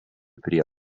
prie